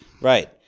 Right